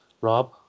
Rob